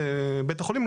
לבית החולים,